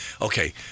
Okay